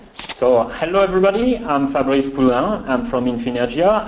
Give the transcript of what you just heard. so hello everybody. i'm fabrice poulin. i'm from infinergia.